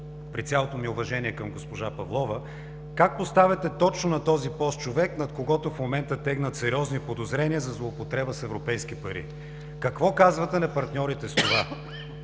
при цялото ми уважение към госпожа Павлова: как поставяте точно на този пост човек, над когото в момента тегнат сериозни подозрения за злоупотреба с европейски пари? (Реплика от народния представител